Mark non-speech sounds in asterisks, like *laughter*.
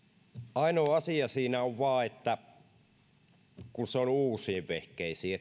ainoa asia siinä on vain että se on uusiin vehkeisiin *unintelligible*